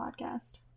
podcast